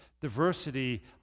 diversity